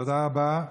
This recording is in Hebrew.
תודה רבה.